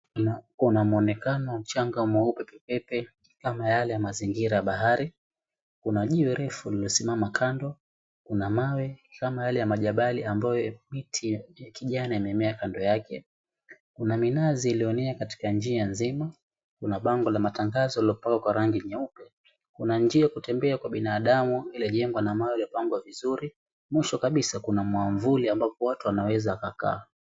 Kuna muonekano wa mchanga mweupe pepepe kama yale ya mazingira ya bahari. Kuna jiwe refu lilosimama kando, kuna mawe kama yale ya majabali ambayo miti ya kijani imeemea kando yake. Kuna minazi iliyonea katika njia nzima, kuna bango la matangazo lililopakwa kwa rangi nyeupe. Kuna njia ya kutembea kwa binadamu iliyojengwa na mawe yaliyopangwa vizuri. Mwisho kabisa kuna mwamvuli ambapo watu wanaweza wakakaa.